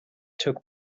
took